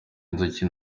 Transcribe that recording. inzuki